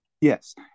yes